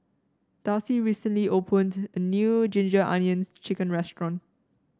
Darci recently opened a new Ginger Onions chicken restaurant